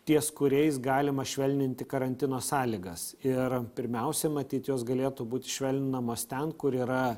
ties kuriais galima švelninti karantino sąlygas ir pirmiausia matyt jos galėtų būt švelninamos ten kur yra